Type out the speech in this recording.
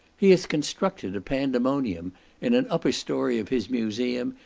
he has constructed a pandaemonium in an upper story of his museum,